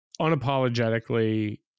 unapologetically